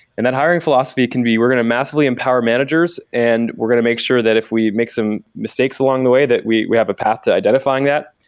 and that hiring philosophy can be, we're going to massively empower managers and we're going to make sure that if we make some mistakes along the way, that we we have a path to identifying that,